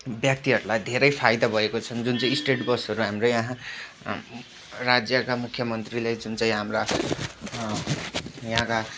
व्यक्तिहरूलाई धेरै फाइदा भएको छन् जुन चाहिँ स्टेट बसहरू हाम्रो यहाँ राज्यका मुख्यमन्त्रीले जुन चाहिँ हाम्रा यहाँका